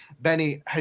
Benny